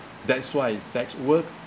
that's why it's sex work